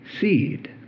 seed